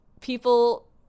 People